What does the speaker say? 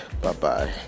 bye-bye